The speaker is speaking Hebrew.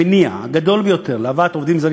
המניע הגדול ביותר להבאת עובדים זרים